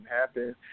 happen